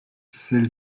celle